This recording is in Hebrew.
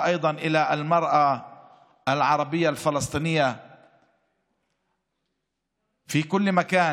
וגם את הנשים הערביות הפלסטיניות בכל מקום,